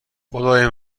خدای